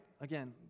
again